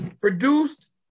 produced